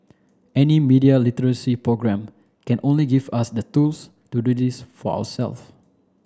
any media literacy programme can only give us the tools to do this for ourselves